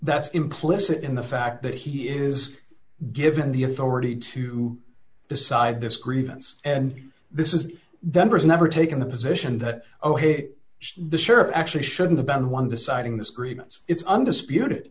that's implicit in the fact that he is given the authority to decide this grievance and this is denver has never taken the position that oh hey the sheriff actually should have been one deciding this agreement it's undisputed